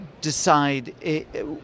decide